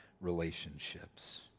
relationships